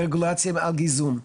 רגולציה על גיזום.